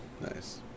nice